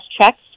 checks